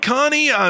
Connie